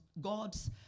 God's